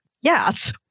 Yes